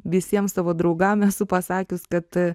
visiems savo draugam esu pasakius kad